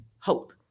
hope